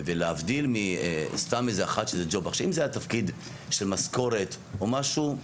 אם זה היה תפקיד של משכורת או משהו,